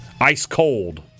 ice-cold